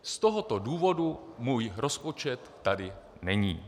Z tohoto důvodu můj rozpočet tady není.